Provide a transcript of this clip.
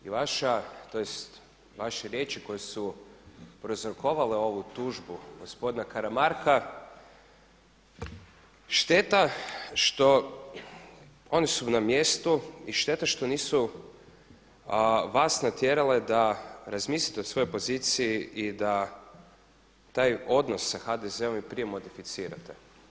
I vaša tj. vaše riječi koje su prouzrokovale ovu tužbu gospodina Karamarka šteta što oni su na mjestu i šteta što nisu vas natjerale da razmislite o svojoj poziciji i da taj odnos sa HDZ-om i prije modificirate.